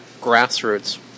grassroots